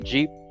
Jeep